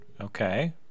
Okay